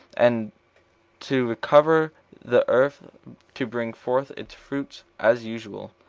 and to recover the earth to bring forth its fruits as usual,